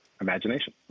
imagination